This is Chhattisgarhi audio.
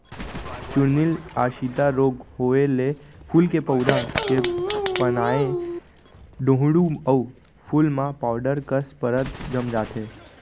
चूर्निल आसिता रोग होउए ले फूल के पउधा के पानाए डोंहड़ू अउ फूल म पाउडर कस परत जम जाथे